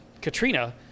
Katrina